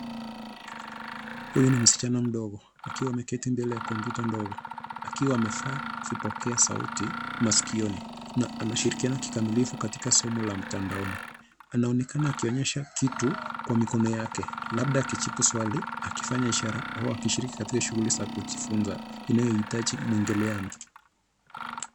Huyu ni msichana mdogo akiwa ameketi mbele ya kompyuta ndogo, akiwa amevaa vipokea sauti masikioni na anashirikiana kikamilifu katika somo la mtandaoni. Anaonekana akionyesha kitu kwa mikono yake labda kujibu swali akifanya ishara au akishiriki katika shughuli za kujifunza inaoitaji mwekeleana.